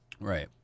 right